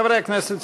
חברי הכנסת,